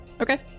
Okay